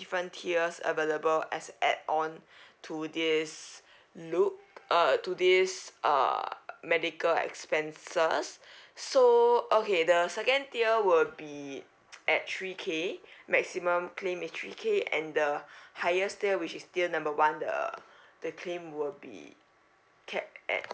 different tiers available as add on to this look uh to this uh medical expenses so okay the second tier will be at three K maximum claim is three K and the highest tier which is tier number one the the claim will be capped at